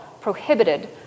prohibited